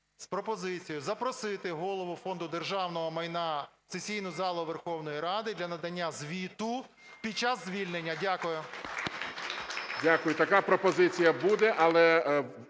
з пропозицією запросити Голову Фонду державного майна в сесійну залу Верховної Ради для надання звіту під час звільнення. Дякую. ГОЛОВУЮЧИЙ. Дякую. Така пропозиція буде, але